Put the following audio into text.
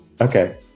Okay